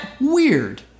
Weird